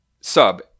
sub